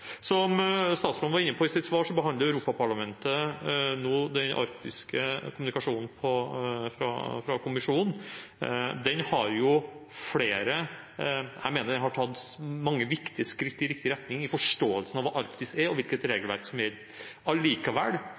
Som statsråden var inne på i sitt svar, behandler Europaparlamentet nå den arktiske kommunikasjonen fra kommisjonen. Jeg mener den har tatt mange viktige skritt i riktig retning, i forståelsen av hva Arktis er, og hvilket regelverk som gjelder. Likevel er